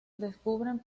descubren